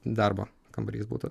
darbo kambarys būtų